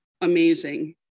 amazing